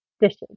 dishes